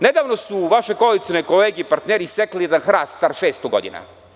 Nedavno su vaše koalicione kolege i partneri sekli jedan hrast star 600 godina.